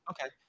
Okay